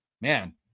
man